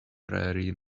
prairie